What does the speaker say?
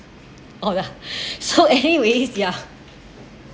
oh ya so anyways ya